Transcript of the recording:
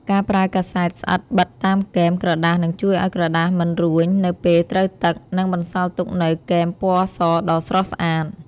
ការប្រើកាសែតស្អិតបិទតាមគែមក្រដាសនឹងជួយឱ្យក្រដាសមិនរួញនៅពេលត្រូវទឹក និង បន្សល់ទុកនូវគែមពណ៌សដ៏ស្រស់ស្អាត។